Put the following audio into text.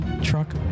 truck